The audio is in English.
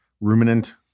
ruminant